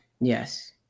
Yes